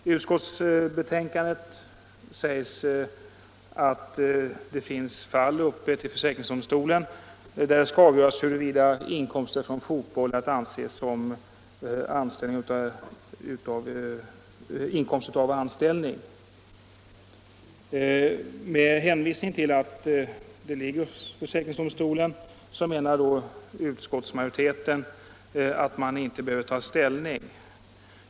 I utskottsbetänkandet sägs att det finns fall uppe hos försäkringsdomstolen, där det skall avgöras huruvida inkomster från fotboll är att anse som inkomst av anställning. Under hänvisning till att sådana ärenden ligger hos försäkringsdomstolen menar utskottsmajoriteten att man inte behöver ta ställning.